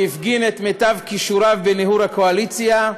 שהפגין את מיטב כישוריו בניהול הקואליציה.